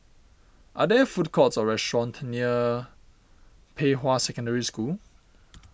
are there food courts or restaurants near Pei Hwa Secondary School